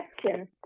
question